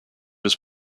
his